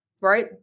right